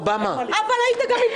של אובמה --- הם הקפיאו את הבנייה.